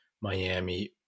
Miami